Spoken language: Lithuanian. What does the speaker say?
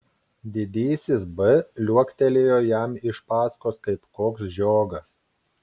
didysis b liuoktelėjo jam iš paskos kaip koks žiogas